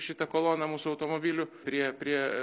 šita kolona mūsų automobilių prie prie